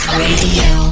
radio